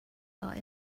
are